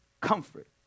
comfort